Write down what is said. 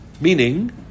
Meaning